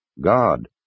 God